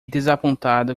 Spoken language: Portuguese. desapontado